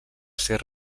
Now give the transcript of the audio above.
ser